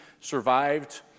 survived